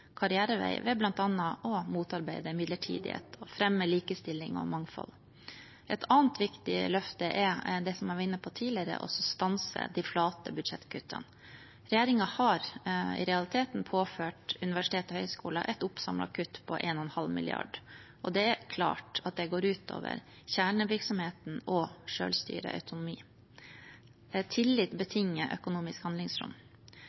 karrierevei, bl.a. ved å motarbeide midlertidighet og fremme likestilling og mangfold. Et annet viktig løfte er det jeg var inne på tidligere: å stanse de flate budsjettkuttene. Regjeringen har i realiteten påført universiteter og høyskoler et oppsamlet kutt på 1,5 mrd. kr. Det er klart at det går ut over kjernevirksomheten og selvstyre/autonomi. Tillit betinger økonomisk handlingsrom.